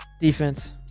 Defense